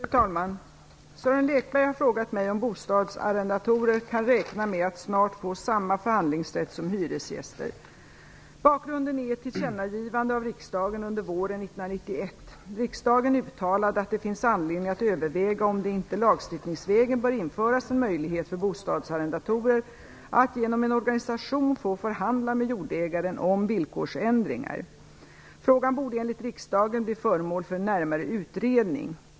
Fru talman! Sören Lekberg har frågat mig om bostadsarrendatorer kan räkna med att snart få samma förhandlingsrätt som hyresgäster. Bakgrunden är ett tillkännagivande av riksdagen under våren 1991. Riksdagen uttalade att det finns anledning att överväga om det inte lagstiftningsvägen bör införas en möjlighet för bostadsarrendatorer att genom en organisation få förhandla med jordägaren om villkorsändringar. Frågan borde enligt riksdagen bli föremål för en närmare utredning.